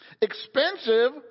expensive